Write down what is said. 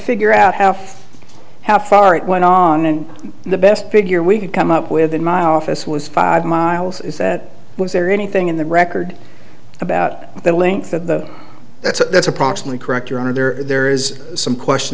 figure out how how far it went on and the best figure we could come up with in my office was five miles is that was there anything in the record about the length of the that's a that's approximately correct your honor there is some question